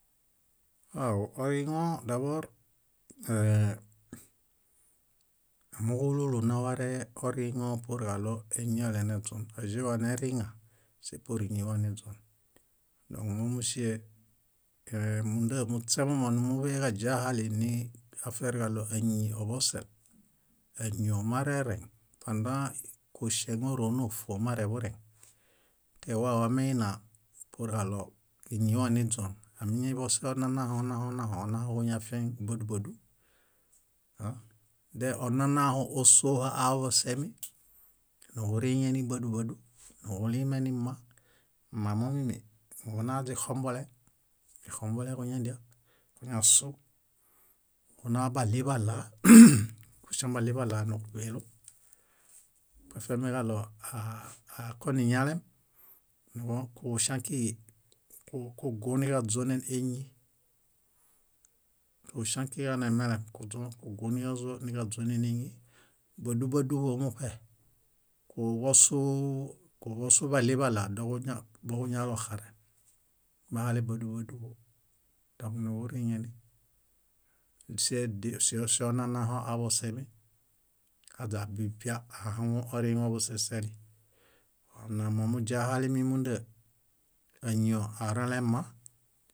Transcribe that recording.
Waw oriŋo dabor áá- amooġo úlu úlu naware oriŋo puruġaɭo éñale neźon. Ázie waneriŋa sepur íñiwa niźon. Dõk mómusie ée- múnda muśemomo numuġajahali niaferġaɭo áñi oḃose, áñio marereŋ pandã kuŝeŋ oro nófon mareḃureŋ. Tewa wameina puruġaɭo íñiwa niźon añiḃose onanahonahonaho onahoġuñafieŋ bádubadu. De onanaho aḃosemi nuġuriŋeni bádubadu, nuġulimenima. Mamo mími nuġunaźixombole, źixomboleġuñadia kuñasu, nuġuna baɭiḃaɭa kuŝãbaɭiḃaɭa núġuḃelo afiamiġaɭo aa- akoniñalem. Bõ kuġuŝaŋ kíġi ku- kuguniġaźonen éñi, kuġuŝaŋ kíġi anemelem kuguniġaźonen éñi. Bádubaduḃomuṗe, kuḃosu kuḃosu baɭiḃaɭa doġuña- boġuñaloxaren bahale bádubaduḃo dõk niġuriŋeni sionanaho aḃosemi aźabibia ahaŋun oriŋe busiseli. Namomuźiahalimi múnda, áñio arelema,